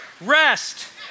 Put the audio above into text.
Rest